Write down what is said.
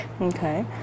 Okay